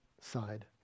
side